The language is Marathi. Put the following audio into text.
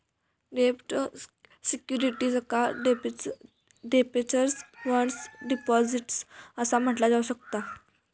डेब्ट सिक्युरिटीजका डिबेंचर्स, बॉण्ड्स, डिपॉझिट्स असा म्हटला जाऊ शकता